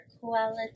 Quality